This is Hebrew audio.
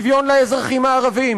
שוויון לאזרחים הערבים,